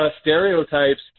stereotypes